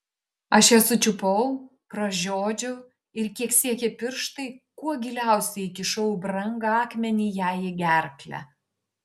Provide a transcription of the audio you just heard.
aš ją sučiupau pražiodžiau ir kiek siekė pirštai kuo giliausiai įkišau brangakmenį jai į gerklę